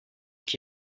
qui